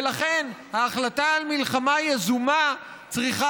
ולכן ההחלטה על מלחמה יזומה צריכה